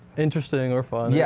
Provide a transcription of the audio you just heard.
interesting or fun. yeah